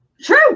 True